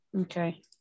Okay